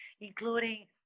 including